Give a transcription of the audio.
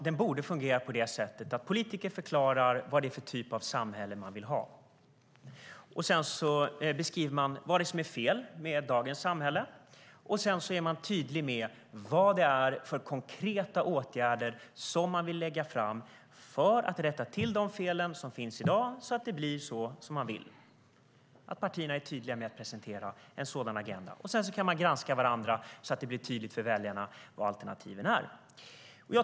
Den borde fungera på det sättet att politiker förklarar vad det är för typ av samhälle de vill ha, beskriver vad det är som är fel med rådande samhälle och är tydliga med vad det är för konkreta åtgärder de vill vidta för att rätta till de fel som finns, så att det blir så som de vill. Partierna ska vara tydliga när de presenterar en sådan agenda. Sedan kan man granska varandra, så att det blir tydligt för väljarna vilka alternativen är.